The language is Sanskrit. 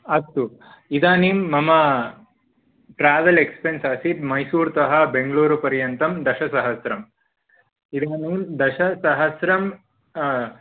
अस्तु इदानीं मम ट्रेवल् एक्स्पेन्स् आसीत् मैसूर् तः बेङ्गलूरुपर्यन्तं दशसहस्रम् इदानीं दशसहस्रम्